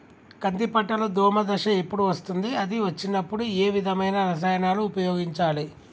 కంది పంటలో దోమ దశ ఎప్పుడు వస్తుంది అది వచ్చినప్పుడు ఏ విధమైన రసాయనాలు ఉపయోగించాలి?